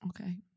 okay